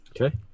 Okay